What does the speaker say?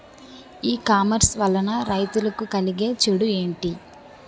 ఈ కామర్స్ వలన రైతులకి కలిగే చెడు ఎంటి?